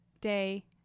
day